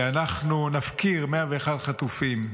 שאנחנו נפקיר 101 חטופים,